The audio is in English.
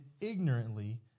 ignorantly